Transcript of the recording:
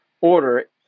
order